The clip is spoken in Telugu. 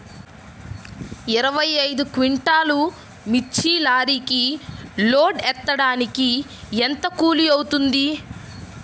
ఇరవై ఐదు క్వింటాల్లు మిర్చి లారీకి లోడ్ ఎత్తడానికి ఎంత కూలి అవుతుంది?